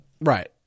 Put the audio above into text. right